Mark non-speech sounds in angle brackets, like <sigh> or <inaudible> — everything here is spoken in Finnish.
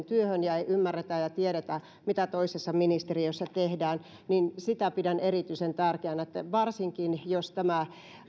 <unintelligible> työhön eikä ymmärretä ja tiedetä mitä toisessa ministeriössä tehdään sitä pidän erityisen tärkeänä varsinkin jos tämä